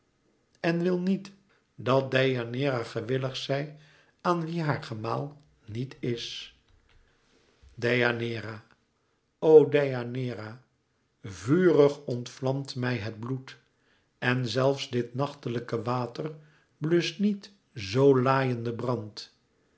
en wil niet dat deianeira gewillig zij aan wie haar gemaal niet is deianeira o deianeira vurig ontvlamt mij het bloed en zelfs dit nachtlijke water bluscht niet zoo laaienden brand